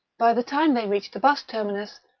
by the time they reached the bus terminus,